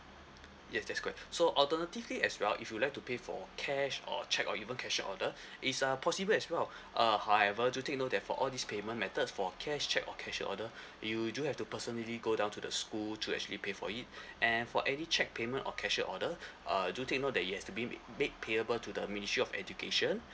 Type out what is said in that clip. yes that's correct so alternatively as well if you would like to pay for cash or cheque or even cashier order it's uh possible as well uh however do take note that for all these payment methods for cash cheque or cashier order you do have to personally go down to the school to actually pay for it and for any cheque payment or cashier order uh do take note that it has to being made payable to the ministry of education